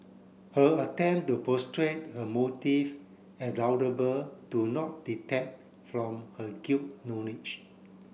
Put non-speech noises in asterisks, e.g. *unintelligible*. her attempt to *unintelligible* her motive as laudable do not detect from her guilt knowledge